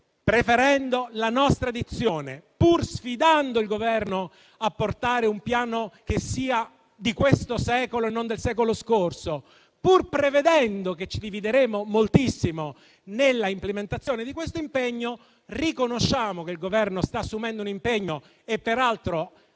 preferendo la nostra dizione (lo sottolineo), pur sfidando il Governo a portare avanti un piano che sia di questo secolo e non di quello scorso, pur prevedendo che ci divideremo moltissimo nell'implementazione di questo impegno, riconosciamo che il Governo lo sta assumendo e che peraltro,